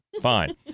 fine